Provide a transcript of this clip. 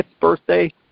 birthday